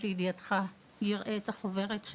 מידע על תופעות הלוואי של הטיפולים,